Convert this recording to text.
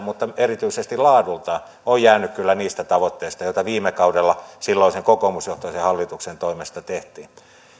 mutta erityisesti laadultaan on jäänyt kyllä niistä tavoitteista joita viime kaudella silloisen kokoomusjohtoisen hallituksen toimesta tehtiin